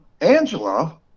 angela